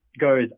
goes